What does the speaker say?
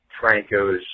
Franco's